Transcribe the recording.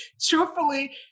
truthfully